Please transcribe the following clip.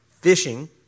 fishing